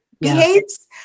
behaves